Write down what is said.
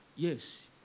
Yes